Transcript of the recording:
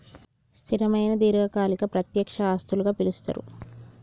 స్థిరమైన దీర్ఘకాలిక ప్రత్యక్ష ఆస్తులుగా పిలుస్తరు